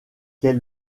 quel